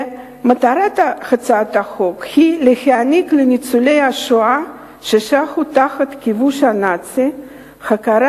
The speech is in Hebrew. מטרת הצעת החוק היא להעניק לניצולי השואה ששהו תחת הכיבוש הנאצי הכרה